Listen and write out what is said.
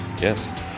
Yes